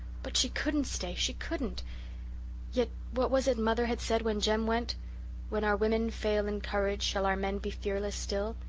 but she couldn't stay she couldn't yet what was it mother had said when jem went when our women fail in courage shall our men be fearless still?